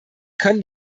können